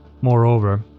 Moreover